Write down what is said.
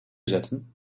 zetten